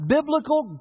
Biblical